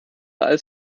als